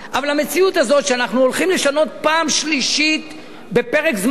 אבל המציאות הזאת שאנחנו הולכים לשנות פעם שלישית בפרק זמן לא